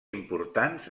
importants